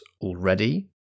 already